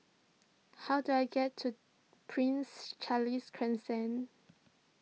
how do I get to Prince Charles Crescent